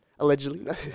Allegedly